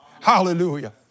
Hallelujah